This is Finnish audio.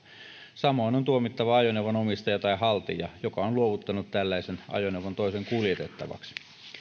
samoin on tuomittava ajoneuvon omistaja tai haltija joka on luovuttanut tällaisen ajoneuvon toisen kuljetettavaksi